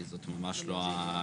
כי זאת ממש לא המציאות.